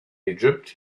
egypt